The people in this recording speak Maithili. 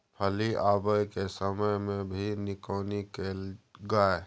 फली आबय के समय मे भी निकौनी कैल गाय?